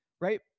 right